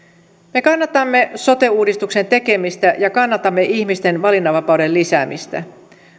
me kannatamme sote uudistuksen tekemistä ja kannatamme ihmisten valinnanvapauden lisäämistä